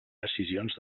decisions